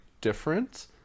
different